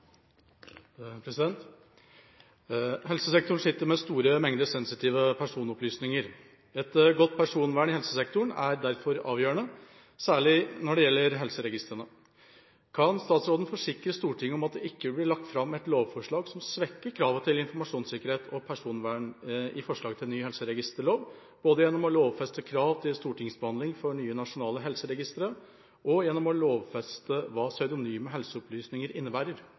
sitter med store mengder sensitive personopplysninger. Et godt personvern i helsesektoren er derfor avgjørende, særlig når det gjelder helseregistrene. Kan statsråden forsikre Stortinget om at det ikke vil bli lagt fram et lovforslag som svekker kravet til informasjonssikkerhet og personvern i forslag til ny helseregisterlov, både gjennom å lovfeste krav til stortingsbehandling for nye nasjonale helseregistre og gjennom å lovfeste hva pseudonyme helseopplysninger innebærer?»